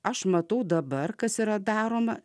aš matau dabar kas yra daroma